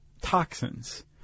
toxins